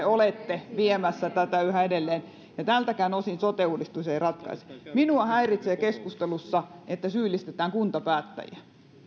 olette viemässä tätä yhä edelleen ja tältäkään osin sote uudistus ei ratkaise minua häiritsee keskustelussa että syyllistetään kuntapäättäjiä